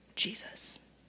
Jesus